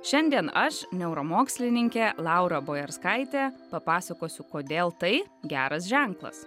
šiandien aš neuromokslininkė laura bojerskaitė papasakosiu kodėl tai geras ženklas